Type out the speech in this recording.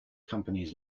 companies